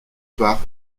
par